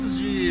de